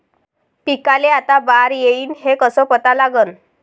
पिकाले आता बार येईन हे कसं पता लागन?